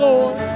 Lord